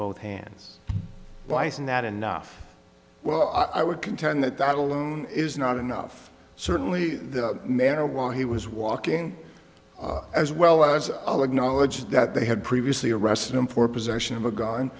both hands why isn't that enough well i would contend that that alone is not enough certainly the manner while he was walking as well as all acknowledge that they had previously arrested him for possession of a gun